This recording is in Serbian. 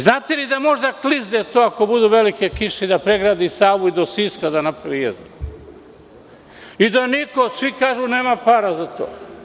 Znate li da može da klizne to ako budu velike kiše i da pregradi Savu i do Siska da napravi jezero i da svi kažu – nema para za to.